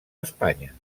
espanya